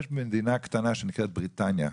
יש מדינה קטנה שנקראת בריטניה.